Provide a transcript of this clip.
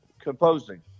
composing